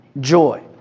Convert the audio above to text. joy